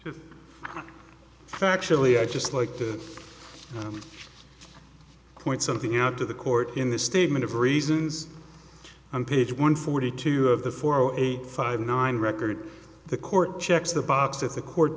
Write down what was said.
to actually i just like to point something out to the court in the statement of reasons on page one forty two of the four zero eight five nine record the court checks the box at the court